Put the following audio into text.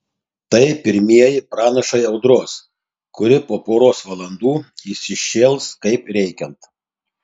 tai pirmieji pranašai audros kuri po poros valandų įsišėls kaip reikiant